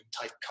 type